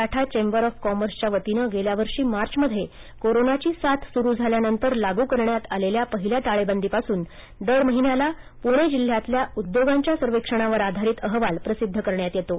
Maratha chamber of कॉमर्सच्या वतीनं गेल्यावर्षी मार्चमध्ये कोरोनाची साथ सुरू झाल्यानंतर लागू करण्यात आलेल्या पहिल्या टाळेबंदीपासून दर महिन्याला पुणे जिल्ह्यातल्या उद्योगांच्या सर्वेक्षणावर आधारित अहवाल प्रसिद्ध करण्यात येतो